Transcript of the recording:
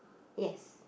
yes